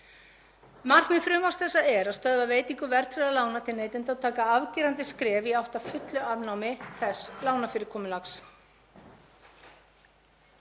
Markmið frumvarps þessa er að stöðva veitingu verðtryggðra lána til neytenda og taka afgerandi skref í átt að fullu afnámi þess lánafyrirkomulags.